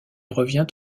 revient